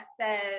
says